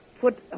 put